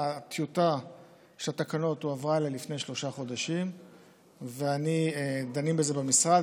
שהטיוטה של התקנות הועברה אליי לפני שלושה חודשים ודנים בזה במשרד,